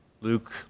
Luke